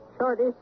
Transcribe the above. Shorty